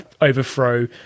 overthrow